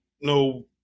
no